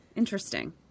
interesting